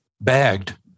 bagged